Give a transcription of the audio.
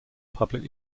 public